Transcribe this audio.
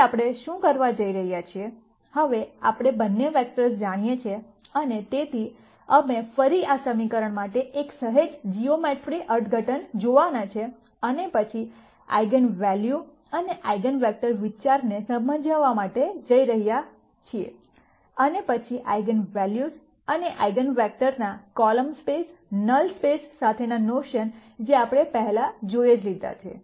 હવે આપણે શું કરવા જઇ રહ્યા છીએ હવે આપણે બંને વેક્ટર્સ જાણીએ છે અને તેથી અમે ફરી આ સમીકરણ માટે એક સહેજ જીઓમેટ્રી અર્થઘટન જોવાના છે અને પછી આઇગન વૅલ્યુઝ અને આઇગન વેક્ટર વિચારને સમજાવવા માટે જઇ રહ્યા અને પછી આઇગન વૅલ્યુઝ અને આઇગન વેક્ટર્સ ના કોલમ સ્પેસ નલ સ્પેસ સાથે ના નોશન જે આપણે પહેલા જોઇ લીધું છે